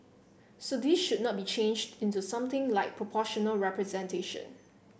so this should not be changed into something like proportional representation